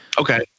okay